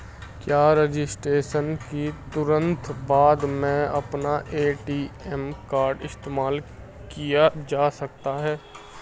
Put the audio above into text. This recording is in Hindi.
क्या रजिस्ट्रेशन के तुरंत बाद में अपना ए.टी.एम कार्ड इस्तेमाल किया जा सकता है?